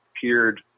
peered